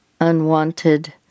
unwanted